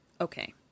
Okay